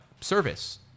service